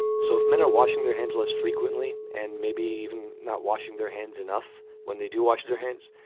so if men are washing their hands less frequently and maybe even not washing their hands enough when they do washing their hands.